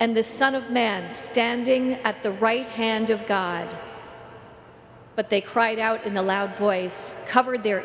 and the son of man standing at the right hand of god but they cried out in the loud voice covered their